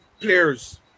players